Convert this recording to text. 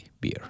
beer